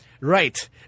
Right